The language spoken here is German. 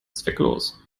zwecklos